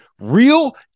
real